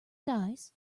dice